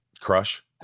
crush